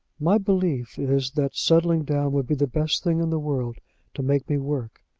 my belief is, that settling down would be the best thing in the world to make me work.